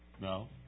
No